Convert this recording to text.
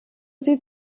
sie